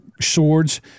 swords